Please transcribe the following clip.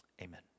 Amen